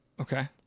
Okay